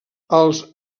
els